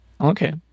Okay